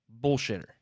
bullshitter